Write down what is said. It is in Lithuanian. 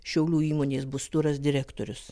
šiaulių įmonės bus turas direktorius